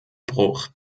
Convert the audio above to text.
bruch